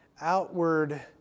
outward